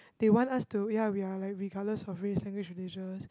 they want us to ya we're like regardless of race language and religions